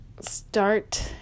start